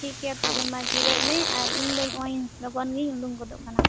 ᱴᱷᱤᱠ ᱜᱮᱭᱟ ᱛᱚᱵᱮ ᱢᱟ ᱡᱤᱨᱟᱹᱜ ᱢᱮ ᱟᱨ ᱤᱧᱫᱚ ᱱᱚᱜᱼᱚᱭ ᱞᱚᱜᱚᱱ ᱜᱤᱧ ᱩᱰᱩᱠ ᱜᱚᱫᱚᱜ ᱠᱟᱱᱟ